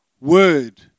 Word